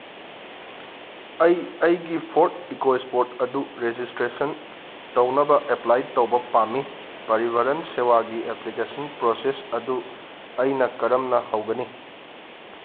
ꯑꯩ ꯑꯩꯒꯤ ꯐꯣꯔꯠ ꯏꯀꯣ ꯏꯁꯄꯣꯔꯠ ꯑꯗꯨ ꯔꯦꯖꯤꯁꯇ꯭ꯔꯦꯁꯟ ꯇꯧꯅꯕ ꯑꯦꯄ꯭ꯂꯥꯏ ꯇꯧꯕ ꯄꯥꯝꯃꯤ ꯄꯔꯤꯚꯔꯟ ꯁꯦꯕꯥꯒꯤ ꯑꯦꯄ꯭ꯂꯤꯀꯦꯁꯟ ꯄ꯭ꯔꯣꯁꯦꯁ ꯑꯗꯨ ꯑꯩꯅ ꯀꯔꯝꯅ ꯍꯧꯒꯅꯤ